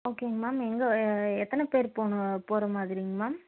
ஓகேங்க மேம் எங்கே எத்தனன பேர் போகணும் போகிற மாதிரிங் மேம்